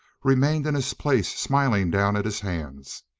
remained in his place smiling down at his hands.